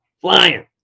flying